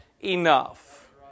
enough